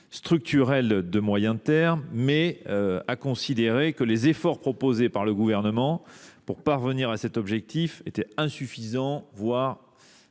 structurel de moyen terme, mais elle a considéré que les efforts proposés par le Gouvernement pour parvenir à cet objectif étaient insuffisants, voire